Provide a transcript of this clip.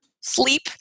sleep